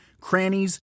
crannies